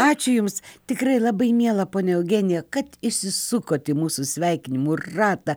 ačiū jums tikrai labai miela ponia eugenija kad įsisukot į mūsų sveikinimų ratą